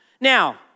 Now